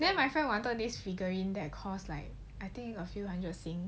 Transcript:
then my friend wanted this figurine that cost like I think was a few hundred sing